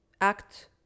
act